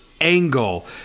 angle